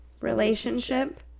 relationship